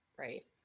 Right